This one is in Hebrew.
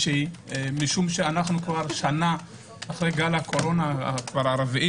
שהיא משום שאנו כבר שנה אחרי גל הקורונה הרביעי,